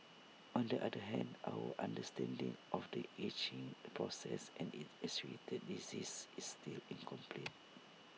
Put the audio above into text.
on the other hand our understanding of the ageing process and its associated diseases is still incomplete